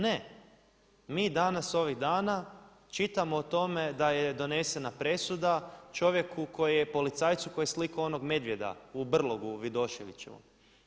Ne, mi danas ovih dana čitamo o tome da je donesena presuda čovjeku koji je policajcu koji je slikao onog medvjeda u brlogu Vidoševićevom.